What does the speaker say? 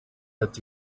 ati